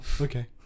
okay